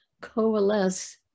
coalesce